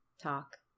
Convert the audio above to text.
talk